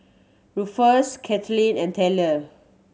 Ruffus Katelin and Tayler